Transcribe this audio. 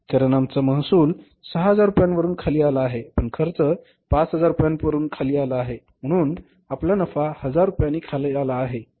कारण आमचा महसूल 6000 रुपयांवरून खाली आला आहे पण खर्च 5000 रुपयांवरून खाली आला आहे म्हणून आपला नफा 1000 रुपयांनी खाली आला आहे